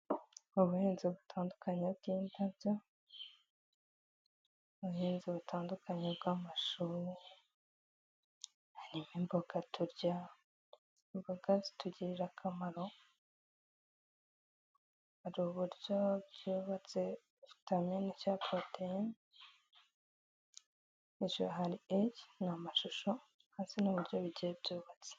Mu buhinzi butandukanye bw'indabyo, ubuhinzi butandukanye bw'amashu harimo imboga turya, imboga zitugirira akamaro hari uburyo byubatse vitami cyangwa proteyine hejuru hari A n'amashusho hasi n'uburyo bigiye byubatse.